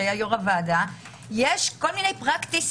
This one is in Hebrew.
שהיה יו"ר הוועדה - יש כל מיני פרקטיסס